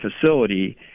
facility